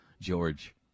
george